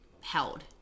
held